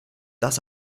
das